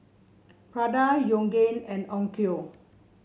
Prada Yoogane and Onkyo